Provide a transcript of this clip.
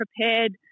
prepared